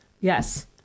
Yes